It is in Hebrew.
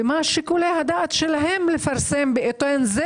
ומה שיקולי הדעת שלהם לפרסם בעיתון זה